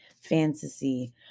fantasy